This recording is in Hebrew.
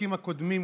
בפרקים הקודמים,